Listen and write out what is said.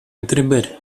întrebări